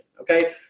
okay